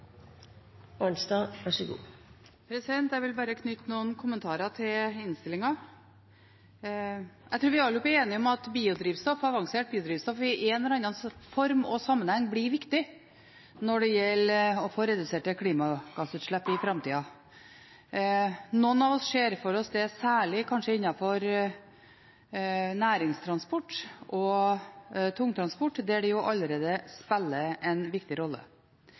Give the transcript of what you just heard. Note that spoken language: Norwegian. Jeg vil knytte noen kommentarer til innstillingen. Jeg tror vi alle er enige om at avansert biodrivstoff i en eller annen form og sammenheng blir viktig når det gjelder å få reduserte klimagassutslipp i framtida. Noen av oss ser for oss det kanskje særlig innenfor næringstransport og tungtransport, der det allerede spiller en viktig rolle.